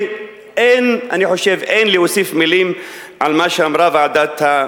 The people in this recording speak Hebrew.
ואני חושב שאין להוסיף מלים על מה שאמרה ועדת-אור.